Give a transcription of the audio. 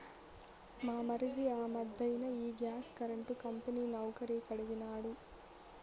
మా మరిది ఆ మధ్దెన ఈ గ్యాస్ కరెంటు కంపెనీ నౌకరీ కడిగినాడు